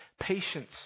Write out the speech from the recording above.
Patience